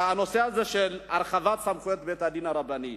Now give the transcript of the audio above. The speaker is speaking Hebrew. הנושא של הרחבת סמכויות בית-הדין הרבני,